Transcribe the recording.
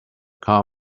car